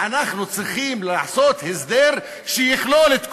אנחנו צריכים לעשות הסדר שיכלול את כל,